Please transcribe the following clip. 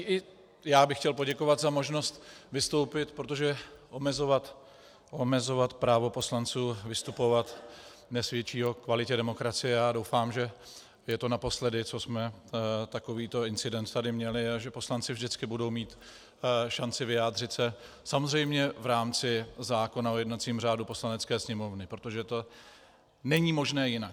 I já bych chtěl poděkovat za možnost vystoupit, protože omezovat právo poslanců vystupovat nesvědčí o kvalitě demokracie, a já doufám, že je to naposledy, co jsme takovýto incident tady měli a že poslanci vždycky budou mít šanci se vyjádřit, samozřejmě v rámci zákona o jednacím řádu Poslanecké sněmovny, protože to není možné jinak.